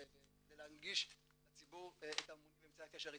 כדי להנגיש לציבור את הממונים ואמצעי הקשר איתם.